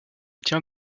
tient